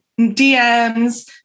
DMs